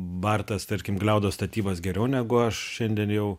bartas tarkim gliaudo statybas geriau negu aš šiandien jau